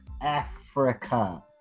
africa